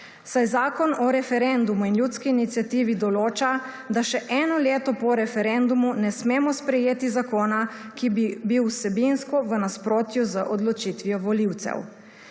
saj Zakon o referendumu in ljudski iniciativi določa, da še eno leto po referendumu ne smemo sprejeti zakona, ki bi bil vsebinsko v nasprotju z odločitvijo volivcev.